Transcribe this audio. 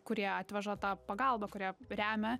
kurie atveža tą pagalbą kurie remia